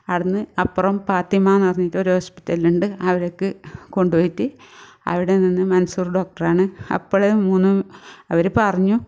അവിടെ നിന്ന് അപ്പുറം ഫാത്തിമ എന്ന് പറഞ്ഞിട്ട് ഒരു ഹോസ്പിറ്റൽ ഉണ്ട് അവിടേക്ക് കൊണ്ട് പോയിട്ട് അവിടെ നിന്ന് മൻസൂർ ഡോക്ടർ ആണ് അപ്പോൾ മുന്നം അവർ പറഞ്ഞു